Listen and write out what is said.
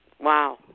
wow